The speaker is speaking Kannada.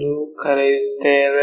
ಎಂದು ಕರೆಯುತ್ತೇವೆ